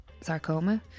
sarcoma